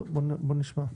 טוב, בואו נשמע.